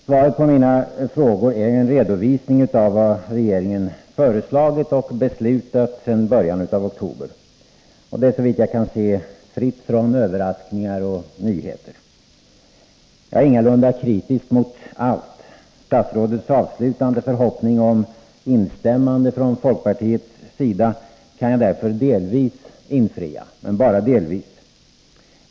Svaret på mina frågor är en redovisning av vad regeringen föreslagit och beslutat sedan början av oktober. Det är såvitt jag kan se fritt från överraskningar och nyheter. Jag är ingalunda kritisk mot allt. Statsrådets avslutande förhoppning om instämmande från folkpartiets sida kan jag därför delvis infria — men bara delvis.